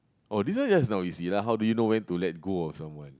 oh this one just now you see lah how do you know when to let go of someone